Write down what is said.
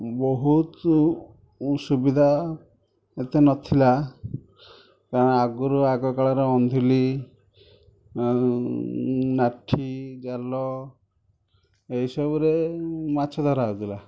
ବହୁତ ସୁବିଧା ଏତେ ନଥିଲା କାରଣ ଆଗରୁ ଆଗ କାଳରେ ଅନ୍ଧିଲି ନାଠି ଜାଲ ଏଇସବୁରେ ମାଛ ଧରା ହେଉଥିଲା